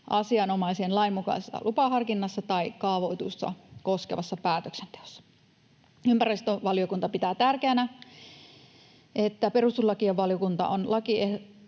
asianomaisen lain mukaisessa lupaharkinnassa tai kaavoitusta koskevassa päätöksenteossa. Ympäristövaliokunta pitää tärkeänä, että perustuslakivaliokunta on lakiehdotusta